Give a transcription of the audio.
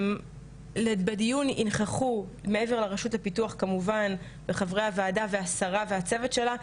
בדיון ינכחו מעבר לרשות לפיתוח כמובן וחברי הוועדה והשרה והצוות שלה,